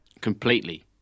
Completely